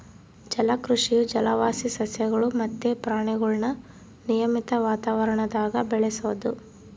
ಜಲಕೃಷಿಯು ಜಲವಾಸಿ ಸಸ್ಯಗುಳು ಮತ್ತೆ ಪ್ರಾಣಿಗುಳ್ನ ನಿಯಮಿತ ವಾತಾವರಣದಾಗ ಬೆಳೆಸೋದು